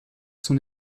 son